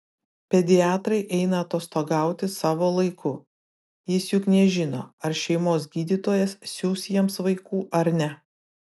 pediatrai eina atostogauti savo laiku jis juk nežino ar šeimos gydytojas siųs jiems vaikų ar ne